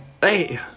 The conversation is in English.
Hey